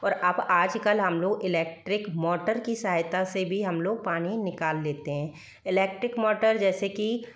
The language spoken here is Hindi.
पर अब आजकल हम लोग इलेक्ट्रिक मौटर की सहायता से भी हम लोग पानी निकाल लेते हैं इलेक्ट्रिक मौटर जैसे की